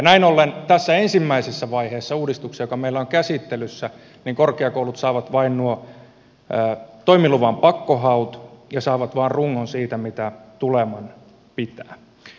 näin ollen tässä uudistuksen ensimmäisessä vaiheessa joka meillä on käsittelyssä korkeakoulut saavat vain nuo toimiluvan pakkohaut ja saavat vain rungon siitä mitä tuleman pitää